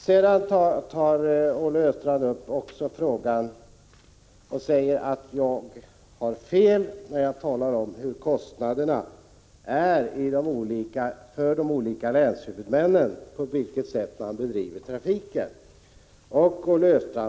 Olle Östrand sade också att jag har fel när jag talar om kostnaderna för de olika länshuvudmännen och hur dessa påverkas av på vilket sätt trafiken bedrivs.